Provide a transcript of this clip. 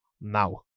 now